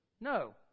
No